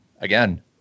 again